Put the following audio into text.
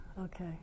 Okay